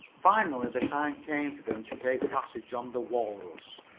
finally the time came for them to take passage on the walrus,